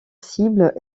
cible